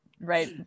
right